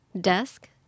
desk